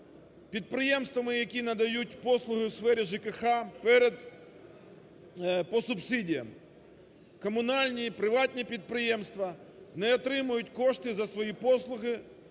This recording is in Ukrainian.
підприємствами, які надають послуги у сфері ЖКГ по субсидіям. Комунальні і приватні підприємства не отримують кошти за свої послуги